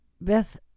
Beth